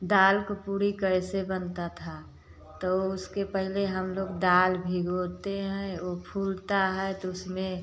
दाल का पूड़ी कैसे बनता था तो उसके पहले हम लोग दाल भिगोते हैं वो फूलता है तो उसमें